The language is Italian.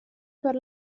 per